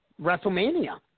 WrestleMania